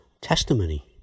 testimony